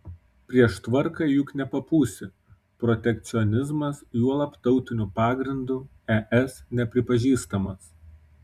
prieš tvarką juk nepapūsi protekcionizmas juolab tautiniu pagrindu es nepripažįstamas